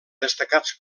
destacats